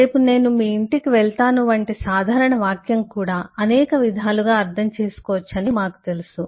రేపు నేను మీ ఇంటికి వెళ్తాను వంటి సాధారణ వాక్యం కూడా అనేక విధాలుగా అర్థం చేసుకోవచ్చని మాకు తెలుసు